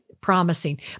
promising